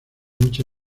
mucha